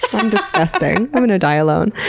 i'm disgusting. i'm going to die alone.